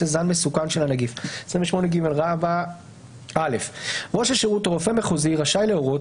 זן מסוכן של הנגיף 28ג. (א)ראש השירות או רופא מחוזי רשאי להורות,